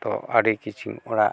ᱫᱚ ᱟᱹᱰᱤ ᱠᱤᱪᱷᱩ ᱚᱲᱟᱜ